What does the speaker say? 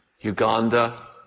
Uganda